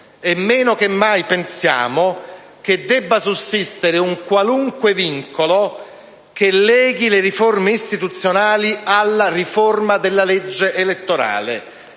Meno che mai pensiamo che debba sussistere un qualunque vincolo che leghi le riforme istituzionali alla riforma della legge elettorale.